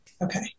Okay